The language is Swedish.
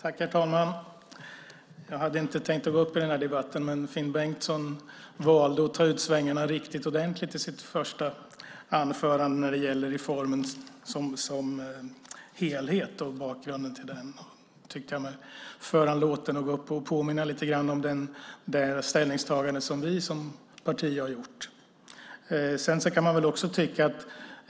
Herr talman! Jag hade inte tänkt gå upp i debatten, men Finn Bengtsson valde att ta ut svängarna riktigt ordentligt i sitt första inlägg när det gäller reformen som helhet och bakgrunden till den. Därför ser jag mig föranlåten att gå upp och påminna lite grann om det ställningstagande som vi som parti har gjort.